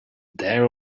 there